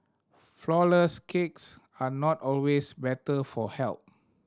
flourless cakes are not always better for health